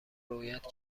رویت